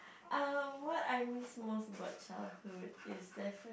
uh what I miss most about childhood is defi~